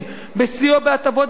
בסיוע בהטבות בדיור,